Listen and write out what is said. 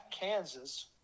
Kansas